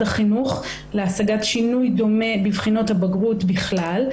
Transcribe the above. החינוך להשגת שינוי דומה בבחינות הבגרות בכלל.